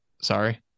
Sorry